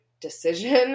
decision